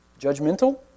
Judgmental